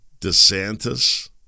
DeSantis